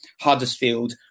Huddersfield